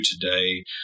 today